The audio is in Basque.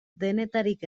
denetarik